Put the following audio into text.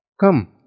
Come